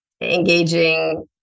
engaging